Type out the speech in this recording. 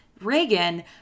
Reagan